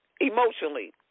emotionally